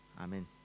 Amen